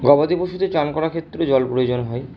গবাদি পশুদের চান করার ক্ষেত্রে জল প্রয়োজন হয়